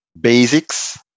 basics